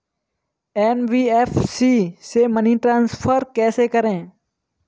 NBFC से money transfer कैसे करें?